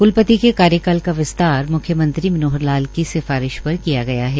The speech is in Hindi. क्लपति के कार्यकाल का विस्तार म्ख्यमंत्री मनोहर लाल की सिफारिश पर किया गया है